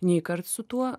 nei kart su tuo